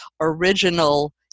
original